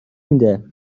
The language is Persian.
میده